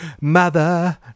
Mother